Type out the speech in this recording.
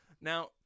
Now